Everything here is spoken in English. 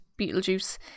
Beetlejuice